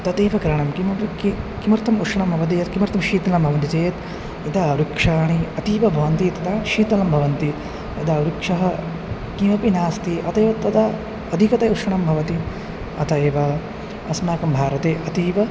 तथैव कारणं किमपि कि किमर्थम् उष्णं भवति यत् किमर्थं शीतं भवन्ति चेत् यदा वृक्षाः अतीव भवन्ति तदा शीतं भवन्ति यदा वृक्षः किमपि नास्ति अत एव तदा अधिकतया उष्णं भवति अत एव अस्माकं भारते अतीव